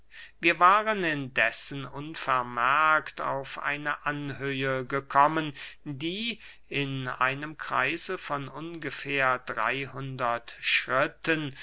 wir waren indessen unvermerkt auf eine anhöhe gekommen die in einem kreise von ungefähr drey hundert schritten